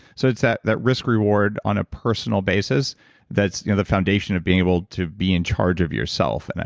so it's that that risk reward on a personal basis that's you know the foundation of being able to be in charge of yourself. and